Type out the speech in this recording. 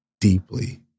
deeply